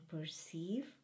perceive